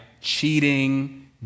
cheating